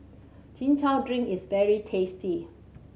Chin Chow drink is very tasty